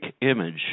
image